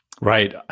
Right